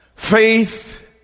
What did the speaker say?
Faith